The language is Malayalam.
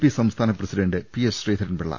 പി സംസ്ഥാന പ്രസിഡന്റ് പി എസ് ശ്രീധരൻപിള്ള